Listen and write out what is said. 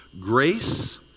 Grace